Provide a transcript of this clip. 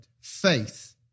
faith